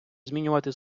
змінювати